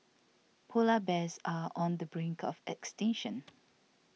Polar Bears are on the brink of extinction